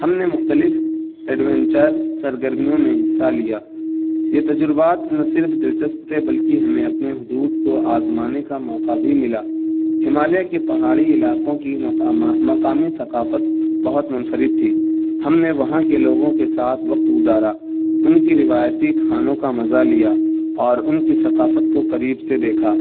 ہم نے مختلف ایڈونچر سرگرمیوں میں حصہ لیا یہ تجربات نہ صرف دلچسپ تھے بلکہ ہمیں اپنے حدود کو آزمانے کا موقع بھی ملا ہمالیہ کی پہاڑی علاقوں کی مقامی ثقافت بہت منفرد تھی ہم نے وہاں کے لوگوں کے ساتھ وقت گزارا ان کی روایتی کھانوں کا مزہ لیا اور ان کی ثقافت کو قریب سے دیکھا